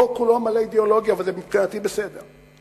החוק מלא אידיאולוגיה, וזה מבחינתי בסדר.